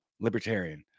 libertarian